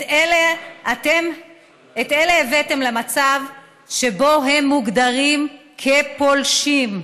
את אלה הבאתם למצב שהם מוגדרים כפולשים.